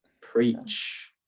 preach